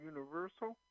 Universal